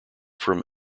from